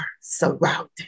surrounded